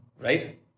right